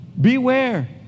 beware